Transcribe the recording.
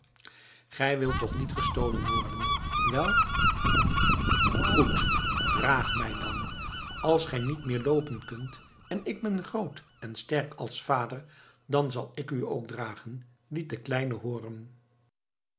gij wilt toch niet gestolen worden wel goed draag mij dan als gij niet meer loopen kunt en ik ben groot en sterk als vader dan zal ik u ook dragen liet de kleine hooren